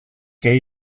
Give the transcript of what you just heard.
que